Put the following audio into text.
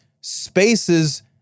spaces